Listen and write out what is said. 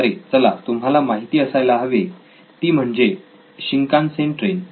अरे चला तुम्हाला माहिती असायला हवे ती म्हणजे शिंकांसेन ट्रेन